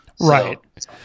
Right